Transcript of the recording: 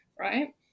right